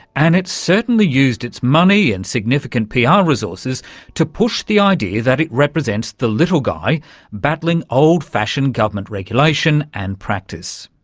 and it's certainly used its money and significant pr ah resources to push the idea that it represents the little guy battling old-fashioned government regulation and practice.